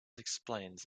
explains